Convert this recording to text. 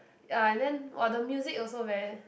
ya and then !wah! the music also very